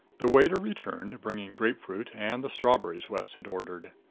the waiter returned, bringing grapefruit, and the strawberries west had ordered.